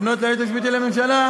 לפנות ליועץ המשפטי לממשלה,